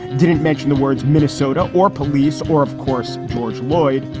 didn't mention the words minnesota or police or, of course, george lloyd.